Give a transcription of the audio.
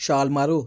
ਛਾਲ ਮਾਰੋ